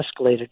escalated